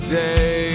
day